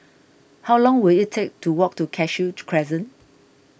how long will it take to walk to Cashew Crescent